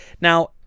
now